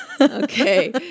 Okay